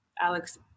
Alex